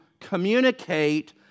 communicate